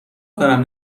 کنم